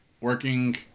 working